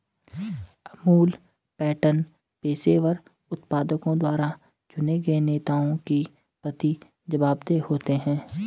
Amul pattern पेशेवर उत्पादकों द्वारा चुने गए नेताओं के प्रति जवाबदेह होते हैं